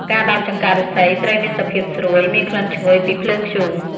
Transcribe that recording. ការដោតចង្កាក់ឫស្សីត្រីមានសភាពស្រួយ មានក្លិនឈ្ងុយពីភ្លើងធ្យូង។